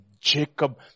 Jacob